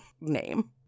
name